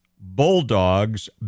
bulldogs